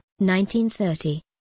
1930